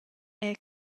era